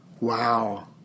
Wow